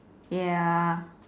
ya